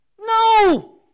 No